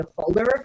folder